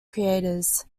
creators